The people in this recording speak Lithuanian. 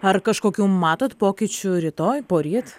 ar kažkokių matot pokyčių rytoj poryt